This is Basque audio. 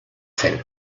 zen